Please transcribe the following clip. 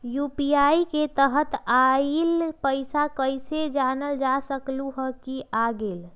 UPI के तहत आइल पैसा कईसे जानल जा सकहु की आ गेल?